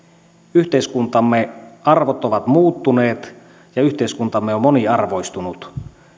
yhteiskuntamme arvot ovat muuttuneet ja yhteiskuntamme on moniarvoistunut